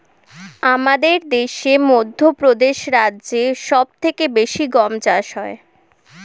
আমাদের দেশে মধ্যপ্রদেশ রাজ্যে সব থেকে বেশি গম চাষ হয়